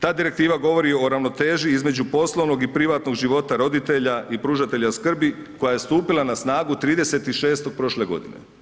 Ta direktiva govori o ravnoteži između poslovnog i privatnog života roditelja i pružatelja skrbi koja je stupila n snagu 30. 6. prošle godine.